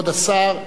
כבוד השר,